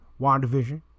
WandaVision